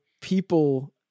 people